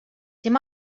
dim